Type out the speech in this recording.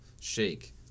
shake